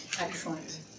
Excellent